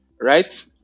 right